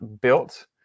built